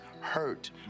hurt